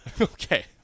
Okay